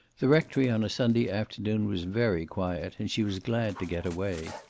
the rectory on a sunday afternoon was very quiet, and she was glad to get away.